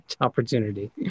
opportunity